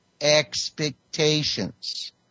expectations